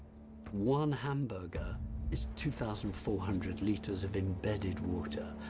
one hamburger is two thousand four hundred liters of embedded water.